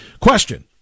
Question